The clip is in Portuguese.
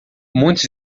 muitos